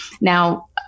Now